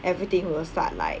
everything will start like